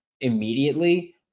immediately